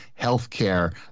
healthcare